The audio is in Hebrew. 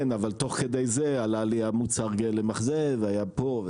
כן אבל תוך כדי זה עלה מוצר הגלם הזה והיה פה,